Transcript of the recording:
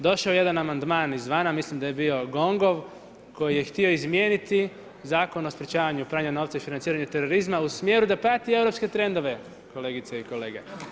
Došao je jedan amandman izvana, mislim da je bio GONG-ov koji je htio izmijeniti Zakon o sprečavanju pranja novca i financiranju terorizma u smjeru da prati europske trendove, kolegice i kolege.